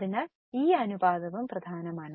അതിനാൽ ഈ അനുപാതവും പ്രധാനമാണ്